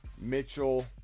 Mitchell